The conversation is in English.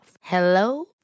Hello